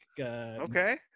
Okay